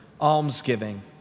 almsgiving